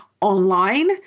online